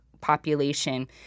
population